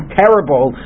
terrible